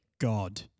God